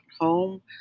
home